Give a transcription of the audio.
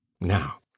now